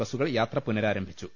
ബസുകൾ യാത്ര പുനരാരം ഭിച്ചു